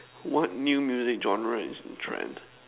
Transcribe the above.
what new music genre is in trend